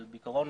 בעיקרון,